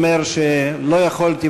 אומר שלא יכולתי,